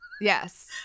yes